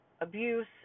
abuse